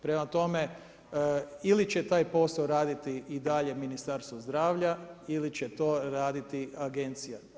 Prema tome, ili će taj posao raditi i dalje Ministarstvo zdravlja ili će to raditi Agencija.